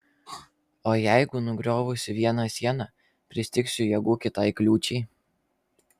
o jeigu nugriovusi vieną sieną pristigsiu jėgų kitai kliūčiai